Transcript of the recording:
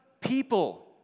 people